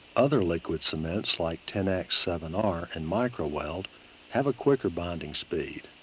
other liquid cements like tenax seven r and microweld have a quicker bonding speed.